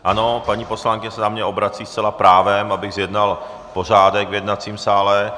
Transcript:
Ano, paní poslankyně se na mě obrací zcela právem, abych zjednal pořádek v jednacím sále.